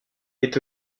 est